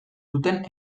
duten